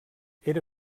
era